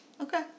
Okay